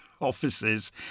offices